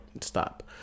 stop